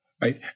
Right